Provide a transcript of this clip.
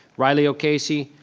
riley o'casey.